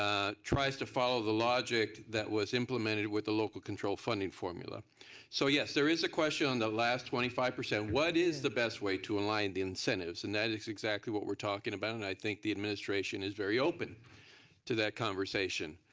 ah tries to follow the logic that was implemented with the local control funding formula so yes, there is a question on the last twenty five. what is the best way to align the incentives? and that's exactly what we're talking about and i think the administration is very open to that conversation,